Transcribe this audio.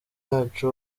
yacu